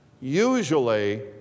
usually